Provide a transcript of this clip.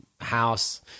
house